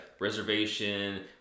reservation